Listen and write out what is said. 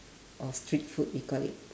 or street food you call it